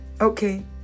okay